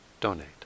donate